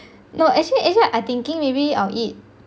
no actually actually I thinking maybe I'll eat